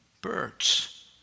birds